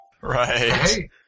Right